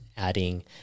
adding